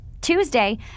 Tuesday